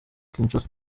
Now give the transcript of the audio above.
kinshasa